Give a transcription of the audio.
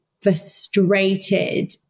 frustrated